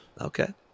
okay